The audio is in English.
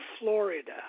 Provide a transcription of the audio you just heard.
Florida